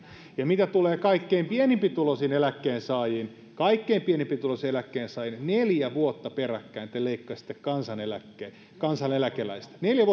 ja mitä tulee kaikkein pienituloisimpiin eläkkeensaajiin kaikkein pienituloisimpiin eläkkeensaajiin neljä vuotta peräkkäin te leikkasitte kansaneläkettä kansaneläkeläisiltä neljä